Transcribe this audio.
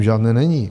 Žádné není.